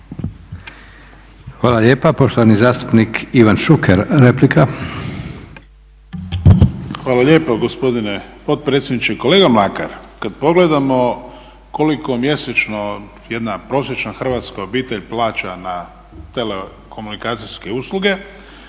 Hvala lijepa. Poštovani zastupnik Ivan Šuker, replika. **Šuker, Ivan (HDZ)** Hvala lijepa gospodine potpredsjedniče. Kolega Mlakar, kad pogledamo koliko mjesečno jedna prosječna hrvatska obitelj plaća telekomunikacijske usluge